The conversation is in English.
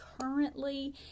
currently